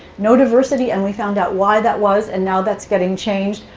no diversity, and we found out why that was. and now that's getting changed.